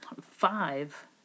Five